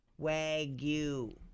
Wagyu